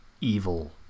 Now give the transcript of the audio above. evil